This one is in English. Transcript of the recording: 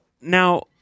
now